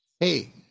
Hey